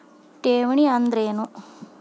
ಠೇವಣಿ ಅಂದ್ರೇನು?